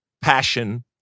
passion